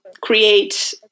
create